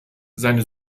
seine